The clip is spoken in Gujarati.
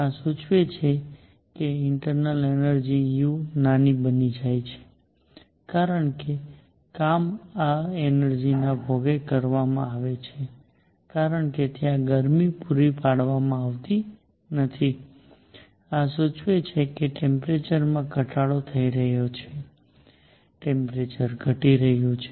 આ સૂચવે છે કે ઇન્ટરનલ એનર્જી u નાની બની જાય છે કારણ કે કામ આ એનર્જીના ભોગે કરવામાં આવે છે કારણ કે ત્યાં ગરમી પૂરી પાડવામાં આવતી નથી અને આ સૂચવે છે કે ટેમ્પરેચર માં ઘટાડો થઈ રહ્યો છે ટેમ્પરેચર ઘટી રહ્યું છે